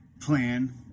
plan